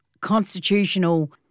constitutional